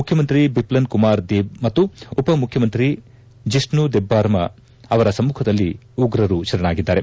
ಮುಖ್ಯಮಂತ್ರಿ ಬಿಷ್ಲಬ್ ಕುಮಾರ್ ದೇಬ್ ಮತ್ತು ಉಪಮುಖ್ಖಮಂತ್ರಿ ಜಿಷ್ಣು ದೆಬ್ಲರ್ಮಾ ಅವರ ಸಮ್ಮಖದಲ್ಲಿ ಉಗ್ರರು ಶರಣಾಗಿದ್ದಾರೆ